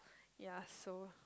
ya so